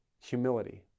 humility